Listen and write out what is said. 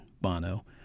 Bono